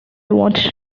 want